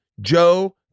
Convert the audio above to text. Joe